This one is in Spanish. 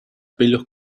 pelos